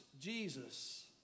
Jesus